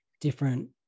different